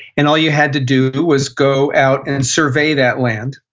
and all you had to do was go out and survey that land.